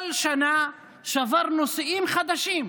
כל שנה שברנו שיאים חדשים: